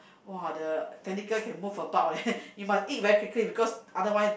!wah! the tentacle can move about leh you must eat very quickly because otherwise